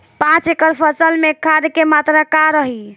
पाँच एकड़ फसल में खाद के मात्रा का रही?